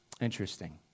Interesting